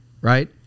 right